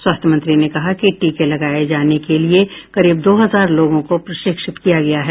स्वास्थ्य मंत्री ने कहा कि टीके लगाए जाने के लिए करीब दो हजार लोगों को प्रशिक्षित किया गया है